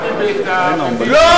אתה ניבאת, לא,